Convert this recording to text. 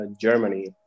Germany